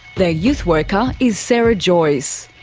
their youth worker is sarah joyce.